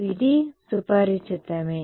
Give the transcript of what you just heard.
ఇది సుపరిచితమే